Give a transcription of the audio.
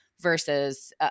Versus